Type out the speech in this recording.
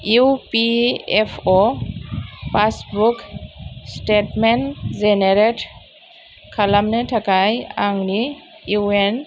EPFO passbook statement generate खालामनो थाखाय आंनि इउएन